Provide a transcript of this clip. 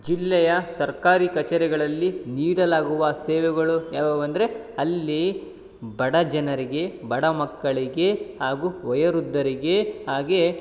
ಜಿಲ್ಲೆಯ ಸರ್ಕಾರಿ ಕಚೇರಿಗಳಲ್ಲಿ ನೀಡಲಾಗುವ ಸೇವೆಗಳು ಯಾವುವು ಅಂದರೆ ಅಲ್ಲಿ ಬಡ ಜನರಿಗೆ ಬಡ ಮಕ್ಕಳಿಗೆ ಹಾಗೂ ವಯೋವೃದ್ಧರಿಗೆ ಹಾಗೇ